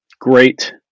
Great